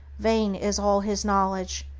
vain is all his knowledge,